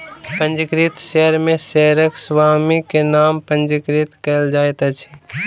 पंजीकृत शेयर में शेयरक स्वामी के नाम पंजीकृत कयल जाइत अछि